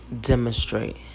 demonstrate